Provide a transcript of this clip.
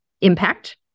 impact